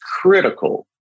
critical